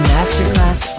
Masterclass